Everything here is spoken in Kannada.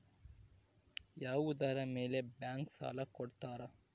ಯಾವುದರ ಮೇಲೆ ಬ್ಯಾಂಕ್ ಸಾಲ ಕೊಡ್ತಾರ?